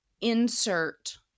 insert